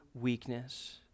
weakness